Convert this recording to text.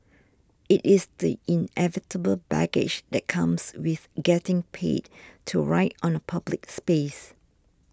it is the inevitable baggage that comes with getting paid to write on a public space